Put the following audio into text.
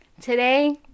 Today